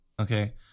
okay